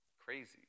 Crazy